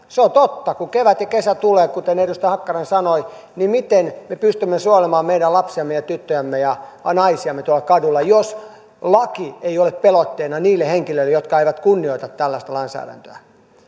se on totta kun kevät ja kesä tulee kuten edustaja hakkarainen sanoi niin miten me pystymme suojelemaan meidän lapsiamme tyttöjämme ja naisiamme tuolla kadulla jos laki ei ole pelotteena niille henkilöille jotka eivät kunnioita tällaista lainsäädäntöä